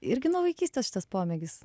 irgi nuo vaikystės šitas pomėgis